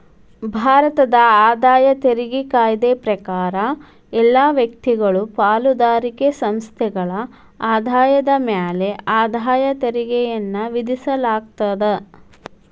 ಭಾರತದ ಆದಾಯ ತೆರಿಗೆ ಕಾಯ್ದೆ ಪ್ರಕಾರ ಎಲ್ಲಾ ವ್ಯಕ್ತಿಗಳು ಪಾಲುದಾರಿಕೆ ಸಂಸ್ಥೆಗಳ ಆದಾಯದ ಮ್ಯಾಲೆ ಆದಾಯ ತೆರಿಗೆಯನ್ನ ವಿಧಿಸಲಾಗ್ತದ